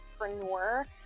entrepreneur